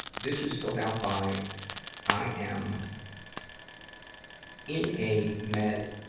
this was filled out by i am in a med,